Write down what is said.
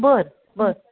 बरं बरं